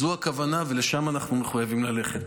זו הכוונה, ולשם אנחנו מחויבים ללכת.